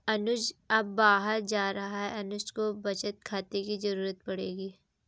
अनुज अब बाहर जा रहा है अनुज को बचत खाते की जरूरत पड़ेगी